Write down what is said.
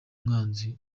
mwanzi